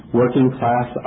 working-class